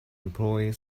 employed